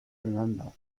remember